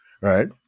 right